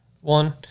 one